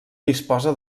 disposa